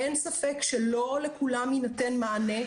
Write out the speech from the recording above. אין ספק שלא לכולם יינתן מענה.